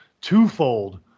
twofold